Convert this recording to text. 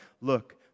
Look